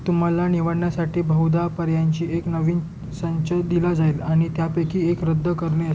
तुम्हाला निवडण्यासाठी बहुदा पर्यायांची एक नवीन संचय दिला जाईल आणि त्यापैकी एक रद्द करणे